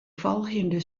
folgjende